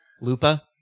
Lupa